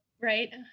right